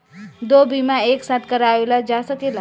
दो बीमा एक साथ करवाईल जा सकेला?